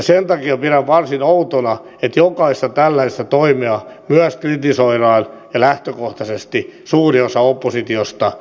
sen takia pidän varsin outona että jokaista tällaista toimea myös kritisoidaan ja lähtökohtaisesti suuri osa oppositiosta vastustaa